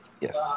Yes